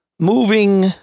Moving